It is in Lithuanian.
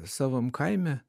savam kaime